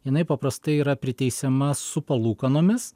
jinai paprastai yra priteisiama su palūkanomis